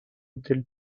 del